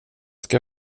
ska